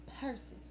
Purses